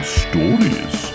stories